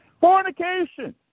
Fornication